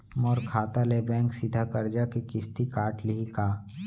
मोर खाता ले बैंक सीधा करजा के किस्ती काट लिही का?